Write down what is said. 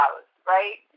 right